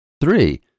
Three